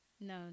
No